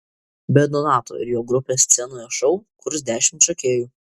be donato ir jo grupės scenoje šou kurs dešimt šokėjų